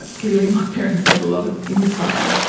ah clearly my parents had a lot of insight.